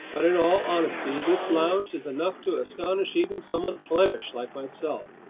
but in all honesty, this lounge is enough to astonish even someone flemish like myself.